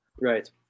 Right